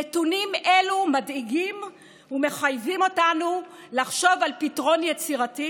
נתונים אלה מדאיגים ומחייבים אותנו לחשוב על פתרון יצירתי.